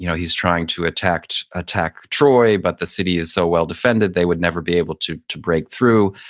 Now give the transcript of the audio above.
you know he's trying to attack to attack troy, but the city is so well defended, they would never be able to to break through.